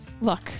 Look